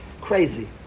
crazy